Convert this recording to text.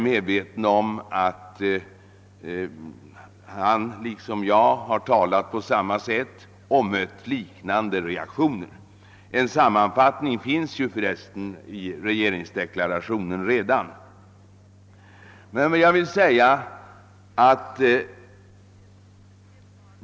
Han och jag har emellertid talat på samma sätt och mött liknande reaktioner.